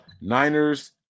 Niners